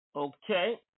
Okay